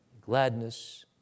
gladness